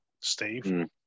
Steve